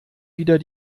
wieder